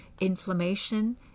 inflammation